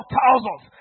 thousands